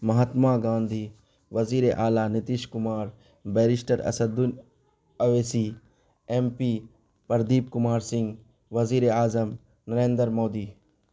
مہاتما گاندھی وزیر اعلیٰ Nitish Kumar barrister Asaduddin Owaisi M P Pradeep Kumar Singh وزیر اعظم نریندر مودی